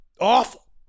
awful